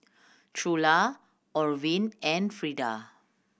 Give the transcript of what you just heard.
Trula Orvin and Frida